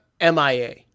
MIA